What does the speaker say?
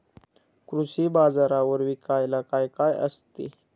कृषी बाजारावर विकायला काय काय असते?